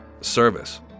service